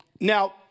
Now